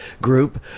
group